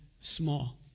small